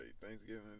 Thanksgiving